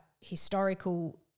historical